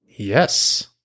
Yes